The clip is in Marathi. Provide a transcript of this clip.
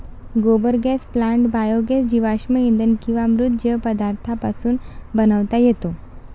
गोबर गॅस प्लांट बायोगॅस जीवाश्म इंधन किंवा मृत जैव पदार्थांपासून बनवता येतो